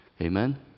Amen